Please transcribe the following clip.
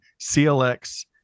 CLX